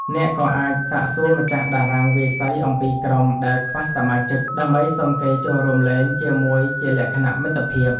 អ្នកក៏អាចសាកសួរម្ចាស់តារាងវាយសីអំពីក្រុមដែលខ្វះសមាជិក ដើម្បីសុំគេចូលរួមលេងជាមួយជាលក្ខណៈមិត្តភាព។